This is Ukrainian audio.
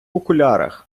окулярах